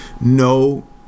No